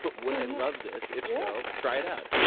but would i love this? if so, try it out.